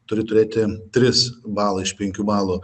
turi turėti tris balai iš penkių balų